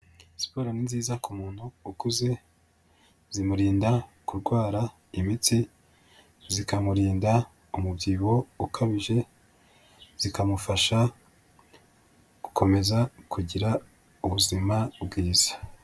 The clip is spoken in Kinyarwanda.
Siporo ni nziza ku muntu ukuze, zimurinda kurwara imitsi, zikamurinda umubyibuho ukabije, zikamufasha gukomeza kugira ubuzima bwiza.